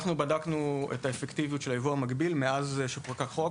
אנחנו בדקנו את האפקטיביות של היבוא המקביל מאז שחוקק החוק